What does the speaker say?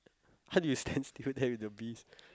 how you stand still there with your bees